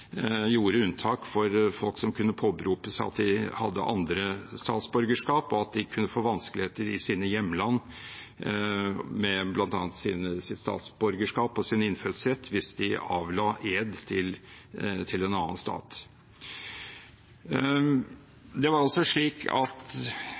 gjorde unntak for folk som kunne påberope seg at de hadde andre statsborgerskap, og at de kunne få vanskeligheter i sine hjemland med bl.a. sitt statsborgerskap og sin innfødsrett hvis de avla ed til en annen stat.